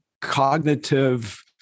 cognitive